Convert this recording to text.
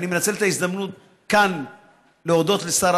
ואני מנצל את ההזדמנות כאן להודות לשר